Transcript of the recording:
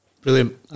brilliant